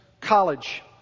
College